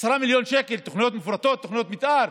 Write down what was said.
10 מיליון שקל לתוכניות מפורטות ולתוכניות מתאר,